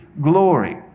glory